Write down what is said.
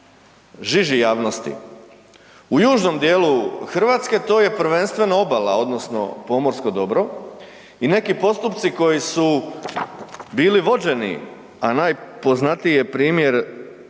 žiži javnosti. U južnom dijelu Hrvatske, to je prvenstveno obala, odnosno pomorsko dobro i neki postupci koji su bili vođeni, a najpoznatiji je primjer plaža